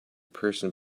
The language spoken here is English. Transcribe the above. person